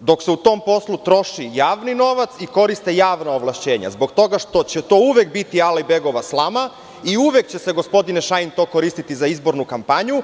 dok se u tom poslu troši javni novac i koriste javna ovlašćenja zbog toga što će to uvek biti Alajbegova slama i uvek će se, gospodine Šajn, to koristiti za izbornu kampanju.